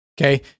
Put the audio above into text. Okay